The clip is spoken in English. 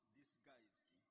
disguised